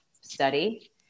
study